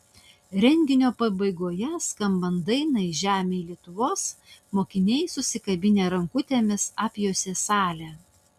renginio pabaigoje skambant dainai žemėj lietuvos mokiniai susikabinę rankutėmis apjuosė salę